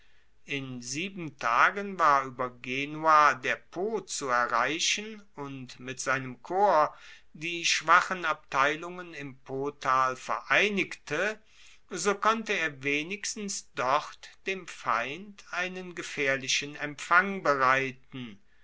in sieben tagen war ueber genua der po zu erreichen und mit seinem korps die schwachen abteilungen im potal vereinigte so konnte er wenigstens dort dem feind einen gefaehrlichen empfang bereiten